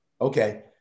Okay